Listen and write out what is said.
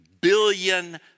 billion